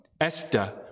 Esther